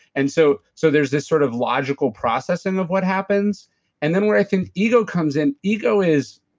and so so there's this sort of logical processing of what happens and then where i think ego comes in, ego is.